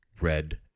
red